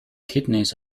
kidneys